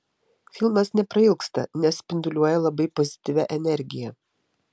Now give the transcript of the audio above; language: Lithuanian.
filmas neprailgsta nes spinduliuoja labai pozityvia energija